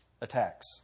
attacks